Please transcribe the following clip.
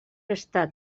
està